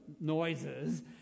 noises